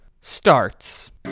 starts